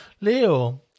Leo